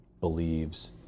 believes